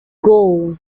goal